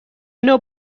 نوع